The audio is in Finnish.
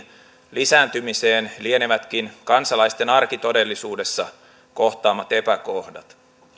lisääntymiseen lienevätkin kansalaisten arkitodellisuudessa kohtaamat epäkohdat